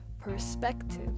perspective